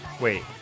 Wait